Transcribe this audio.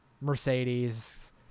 Mercedes